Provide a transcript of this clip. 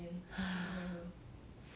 ha